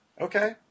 Okay